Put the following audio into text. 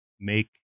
make